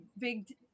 big